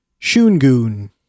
Shungun